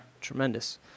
Tremendous